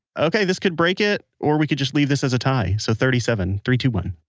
okay this could break it, or we could just leave this as a tie. so, thirty seven, three, two, one